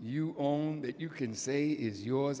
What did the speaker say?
you own that you can say is yours i